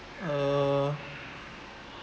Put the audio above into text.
uh